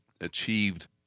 achieved